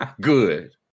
Good